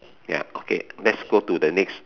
ya okay let's go to the next